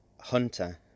Hunter